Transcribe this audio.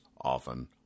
often